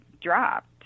dropped